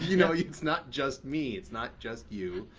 you know it's not just me. it's not just you.